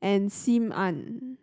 and Sim Ann